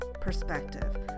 perspective